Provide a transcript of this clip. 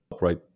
right